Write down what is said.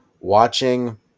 watching –